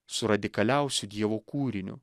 su radikaliausiu dievo kūriniu